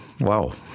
wow